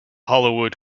hollywood